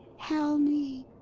helni.